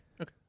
okay